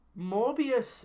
Morbius